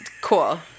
cool